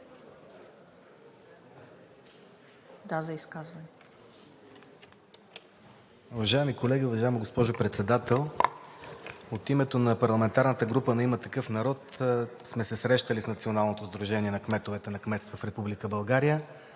– за изказване.